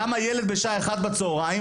למה ילד בשעה 13:00 בצהריים,